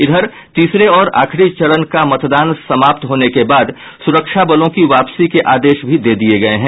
इधर तीसरे और आखिरी चरण का मतदान समाप्त होने के बाद सुरक्षा बलों की वापसी के आदेश भी दे दिये गये हैं